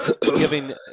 giving